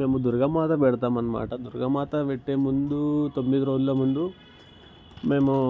మేము దుర్గమాత పెడతాం అన్నమాట దుర్గమాత పెట్టే ముందు తొమ్మిది రోజుల ముందు మేము